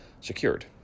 secured